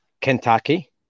Kentucky